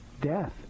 death